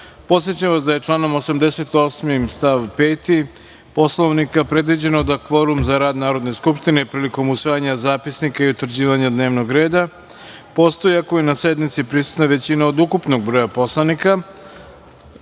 vas da je članom 88. stav 5. Poslovnika predviđeno da kvorum za rad Narodne skupštine prilikom usvajanja zapisnika i utvrđivanja dnevnog reda postoji ako je na sednici prisutna većina od ukupnog broja poslanika. Molim